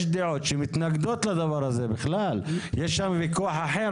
יש דעות שמתנגדות לדבר הזה אבל יש שם ויכוח אחר.